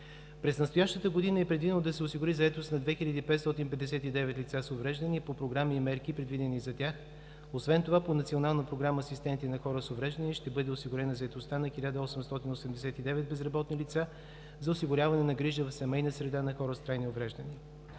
През настоящата година е предвидено да се осигури заетост на 2559 лица с увреждания по програми и мерки, предвидени за тях. Освен това по Национална програма „Асистенти на хора с увреждания“ ще бъде осигурена заетостта на 1889 безработни лица за осигуряване на грижа в семейна среда на хора с трайни увреждания.